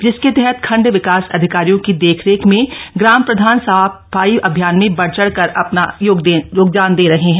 जिसके तहत खण्ड विकास अधिकारियो की देख रेख में ग्राम प्रधान सफाई अभियान में बढ़ चढ़ कर अपना योगदान दे रहे है